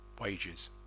wages